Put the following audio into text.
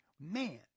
Man